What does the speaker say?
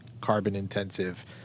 carbon-intensive